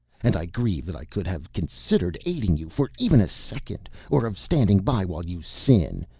and i grieve that i could have considered aiding you for even a second, or of standing by while you sin,